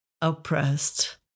Oppressed